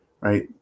right